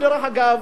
דרך אגב,